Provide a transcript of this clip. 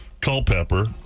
Culpepper